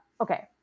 okay